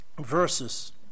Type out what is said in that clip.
Verses